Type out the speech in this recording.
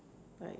like